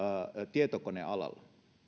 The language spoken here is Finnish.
tietokonealalla